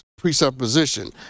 presupposition